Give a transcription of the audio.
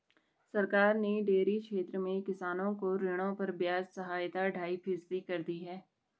सरकार ने डेयरी क्षेत्र में किसानों को ऋणों पर ब्याज सहायता ढाई फीसदी कर दी है